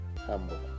Humble